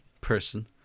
person